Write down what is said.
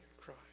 cry